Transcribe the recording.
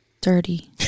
Dirty